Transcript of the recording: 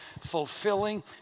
fulfilling